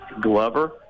Glover